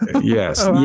Yes